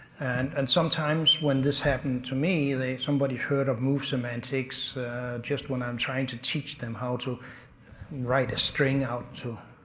and and sometimes when this happened to me, and somebody heard of move semantics just when i'm trying to teach them how to write a string out to.